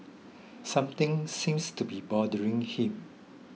something seems to be bothering him